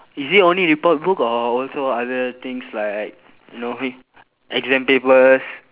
is it only report book or also other things like you know exam papers